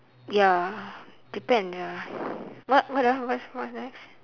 ya depends ah what what ah what's what's next